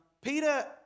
Peter